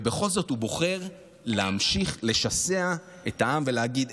ובכל זאת הוא בוחר להמשיך לשסע את העם ולהגיד: